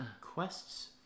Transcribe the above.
Quests